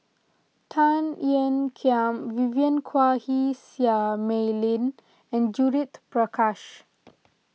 Tan Ean Kiam Vivien Quahe Seah Mei Lin and Judith Prakash